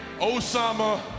Osama